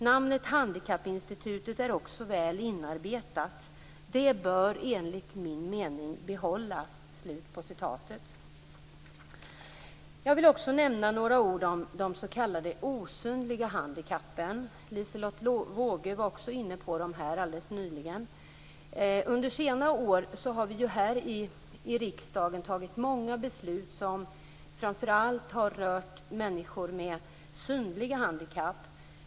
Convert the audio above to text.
Namnet Handikappinstitutet är också väl inarbetat. Det bör enligt min mening behållas. Jag vill också nämna några ord om de s.k. osynliga handikappen. Liselotte Wågö var också inne på dem alldeles nyligen. Under senare år har vi här i riksdagen tagit många beslut som framför allt har rört människor med synliga handikapp.